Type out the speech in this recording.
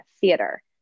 theater